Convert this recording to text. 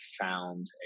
found